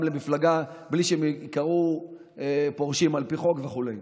למפלגה בלי שהם ייקראו פורשים על פי חוק וכו'.